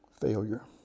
failure